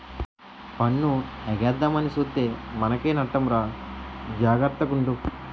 పన్ను ఎగేద్దామని సూత్తే మనకే నట్టమురా జాగర్త గుండు